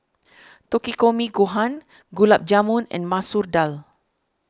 Takikomi Gohan Gulab Jamun and Masoor Dal